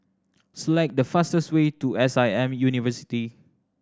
select the fastest way to S I M University